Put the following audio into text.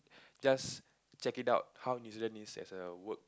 just check it out how New-Zealand is as a work